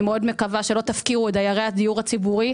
אני מאוד מקווה שלא תפקירו את דיירי הדיור הציבורי,